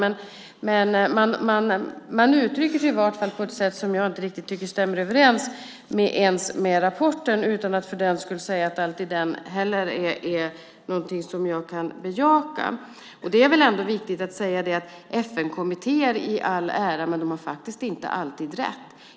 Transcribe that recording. Man uttrycker sig på ett sätt som jag tycker inte riktigt stämmer överens ens med rapporten, utan att jag för den skull heller vill säga att den alltid är någonting som jag kan bejaka. Det är ändå viktigt att säga att FN-kommittéer i all ära, men de har faktiskt inte alltid rätt.